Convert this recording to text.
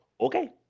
okay